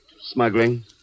Smuggling